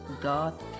God